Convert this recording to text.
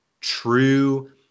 true